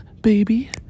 baby